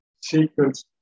sequence